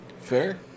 Fair